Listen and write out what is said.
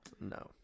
No